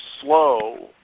slow